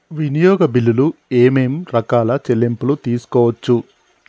వినియోగ బిల్లులు ఏమేం రకాల చెల్లింపులు తీసుకోవచ్చు?